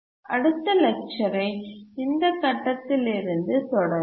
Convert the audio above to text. அடுத்த லெக்சரை இந்த கட்டத்தில் இருந்து தொடருவோம்